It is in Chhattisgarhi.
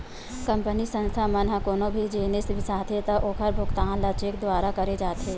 कंपनी, संस्था मन ह कोनो भी जिनिस बिसाथे त ओखर भुगतान ल चेक दुवारा करे जाथे